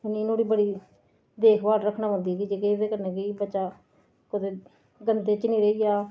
नी नुआढ़ी बड़ी देखभाल रक्खना पौंदी जेह्दे कन्नै बच्चा कुतै गंदे च नी रेही जा